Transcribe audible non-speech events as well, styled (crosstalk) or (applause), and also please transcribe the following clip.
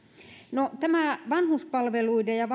no tästä vanhuspalveluiden ja (unintelligible)